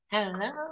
Hello